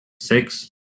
six